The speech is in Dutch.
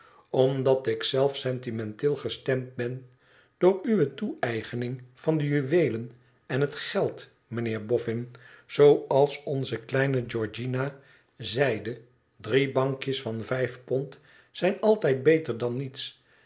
omdat ik zelf sentimenteel gestemd ben door uwe toeëigening van de juweelen en het geld mijnheer bofn zooals onze kleine georgiana zeide drie bankjes van vijf pond zijn altijd beter dan niets